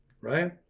right